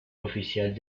oficial